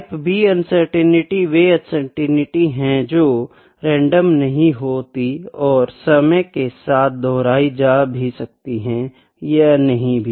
type B uncertainty वे uncertainty है जो रैंडम नहीं होती और समय के साथ दोराही जा भी सकती है और नहीं भी